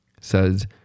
says